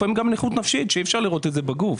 לפעמים גם נכות נפשית שאי אפשר לראות בגוף,